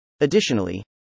Additionally